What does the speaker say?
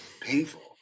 painful